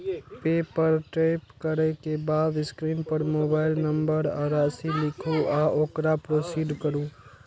पे पर टैप करै के बाद स्क्रीन पर मोबाइल नंबर आ राशि लिखू आ ओकरा प्रोसीड करू